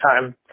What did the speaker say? time